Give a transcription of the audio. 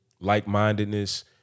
like-mindedness